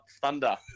Thunder